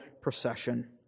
procession